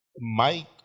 Mike